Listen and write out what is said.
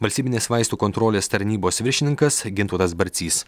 valstybinės vaistų kontrolės tarnybos viršininkas gintautas barcys